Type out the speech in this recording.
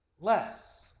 less